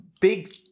big